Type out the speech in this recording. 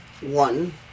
one